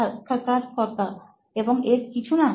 সাক্ষাৎকারকর্তা এবং এর কিছু না